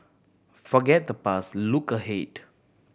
forget the past look ahead